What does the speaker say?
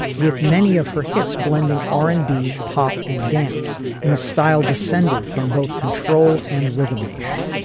with many of her hits blending r and b pop and dance in a style descended from both control and rhythm nation